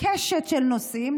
בקשת של נושאים.